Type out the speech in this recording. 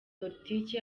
politiki